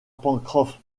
pencroff